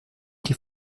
die